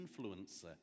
influencer